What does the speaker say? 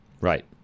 Right